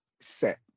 set